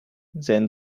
then